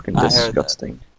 disgusting